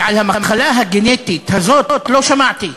ועל המחלה הגנטית הזאת לא שמעתי.